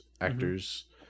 actors